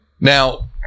Now